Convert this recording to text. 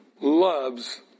Loves